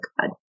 God